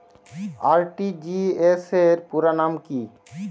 RTGS র পুরো নাম কি?